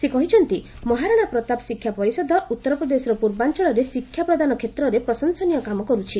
ସେ କହିଛନ୍ତି ମହାରଣା ପ୍ରତାପ ଶିକ୍ଷା ପରିଷଦ ଉତ୍ତରପ୍ରଦେଶର ପୂର୍ବାଞ୍ଚଳରେ ଶିକ୍ଷା ପ୍ରଦାନ କ୍ଷେତ୍ରରେ ପ୍ରଶଂସନୀୟ କାମ କରୁଛି